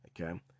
Okay